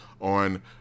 on